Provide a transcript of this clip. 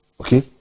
okay